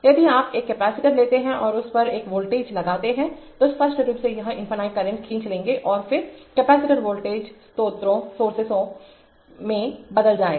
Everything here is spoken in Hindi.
यदि आप एक कैपेसिटर लेते हैं और उस पर एक वोल्टेज लगाते हैं तो स्पष्ट रूप से वह इनफिनिटकरंट खींच लेंगे और फिर कैपेसिटर वोल्टेज वोल्टेज स्रोतों में बदल जाएगा